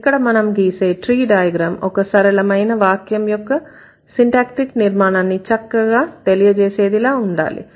ఇక్కడ మనం గీసే ట్రీ డయాగ్రమ్ ఒక సరళమైన వాక్యం యొక్క సిన్టాక్టిక్ నిర్మాణాన్ని చక్కగా తెలియజేసేదిలా ఉండాలి